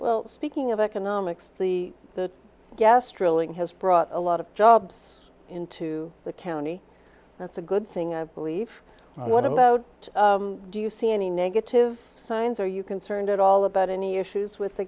well speaking of economics the the yes trilling has brought a lot of jobs into the county that's a good thing i believe what about do you see any negative signs are you concerned at all about any issues with the